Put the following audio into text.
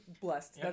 blessed